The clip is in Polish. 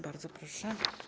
Bardzo proszę.